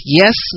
yes